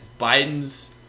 Biden's